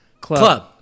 Club